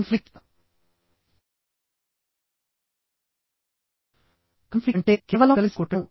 conflict అంటే కేవలం కలిసి కొట్టడం అని కూడా అర్థం